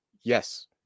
Yes